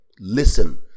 listen